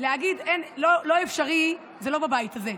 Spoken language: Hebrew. להגיד "לא אפשרי" זה לא בבית הזה.